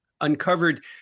uncovered